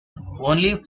only